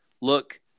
look